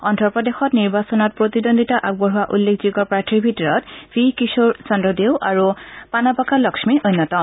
অদ্ৰপ্ৰদেশত নিৰ্বাচনত প্ৰতিদ্বন্দ্বিতা আগবঢ়োৱা উল্লেখযোগ্য প্ৰাৰ্থীৰ ভিতৰত ভি কিশোৰ চন্দ্ৰদেউ আৰু পানাবাকা লক্ষ্মী অন্যতম